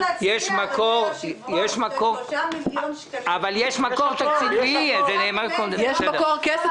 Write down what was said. אבל יש מקור תקציבי, זה נאמר קודם.